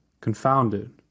confounded